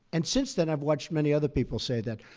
and since then i've watched many other people say that.